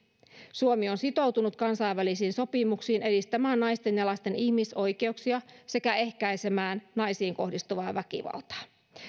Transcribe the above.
suomi on sitoutunut kansainvälisiin sopimuksiin edistämään naisten ja lasten ihmisoikeuksia sekä ehkäisemään naisiin kohdistuvaa väkivaltaa